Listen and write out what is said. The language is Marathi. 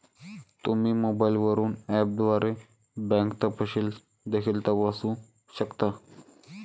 तुम्ही मोबाईलवरून ऍपद्वारे बँक तपशील देखील तपासू शकता